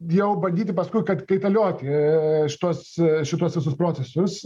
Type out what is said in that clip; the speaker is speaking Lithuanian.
jau bandyti paskui kad kaitalioti šituos šituos visus procesus